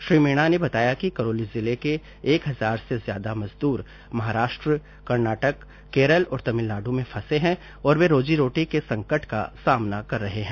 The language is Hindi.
श्री मीना ने बताया कि करौली जिले के एक हजार से ज्यादा मजदूर महाराष्ट्र कर्नाटक केरल और तमिलनाडू में फंसे हैं और वे रोजी रोटी के संकट का सामना कर रहे हैं